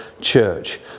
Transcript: church